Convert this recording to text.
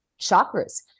chakras